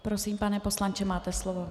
Prosím, pane poslanče, máte slovo.